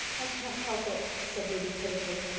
i can't help it, said ruby pitifully.